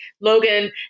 Logan